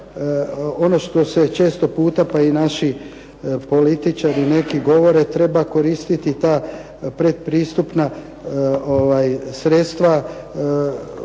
ono što se često puta pa i naši političari neki govore, treba koristiti ta pretpristupna sredstva.